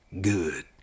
Good